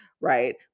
right